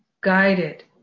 guided